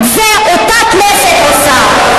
את זה אותה כנסת עושה.